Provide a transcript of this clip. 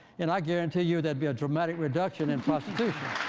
and i guarantee you there'd be a dramatic reduction in prostitution.